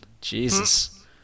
Jesus